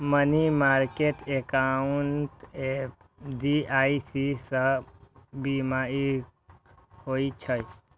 money market account FDIC सं बीमाकृत होइ छै